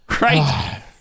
Right